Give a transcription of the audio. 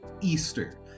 Easter